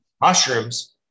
Mushrooms